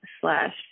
slash